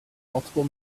multiple